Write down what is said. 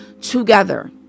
together